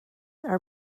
are